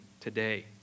today